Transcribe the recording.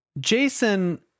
Jason